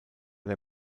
der